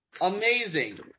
Amazing